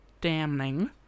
damning